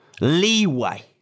leeway